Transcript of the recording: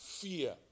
fear